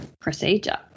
procedure